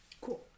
Cool